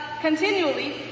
continually